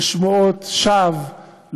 לשמועות שווא,